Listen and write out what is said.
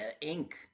ink